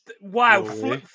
Wow